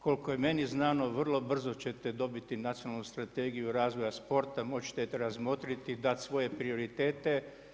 Koliko je meni znano, vrlo brzo ćete dobiti nacionalnu strategiju razvoja sporta, moći ćete ju razmotriti i dati svoje prioritete.